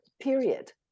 period